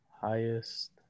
Highest